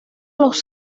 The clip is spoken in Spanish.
los